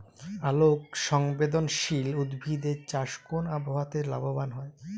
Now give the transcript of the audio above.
আলোক সংবেদশীল উদ্ভিদ এর চাষ কোন আবহাওয়াতে লাভবান হয়?